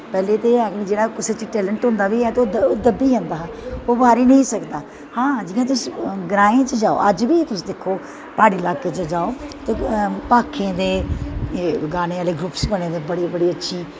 पैह्लें ते जेह्ड़ा कुसे च टेलैंट होंदा बी ऐ हा ओह् दब्बी जंदा हा उभारी निं सकदा हां जि'यां तुस ग्राएं च जाओ अज्ज बी तुस दिक्खो प्हाड़ी लाह्कें च जाओ ते भाखें दे गानें आह्ले ग्रुपस बने दे बड़े बड़े अच्छे